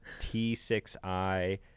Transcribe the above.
T6i